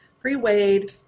pre-weighed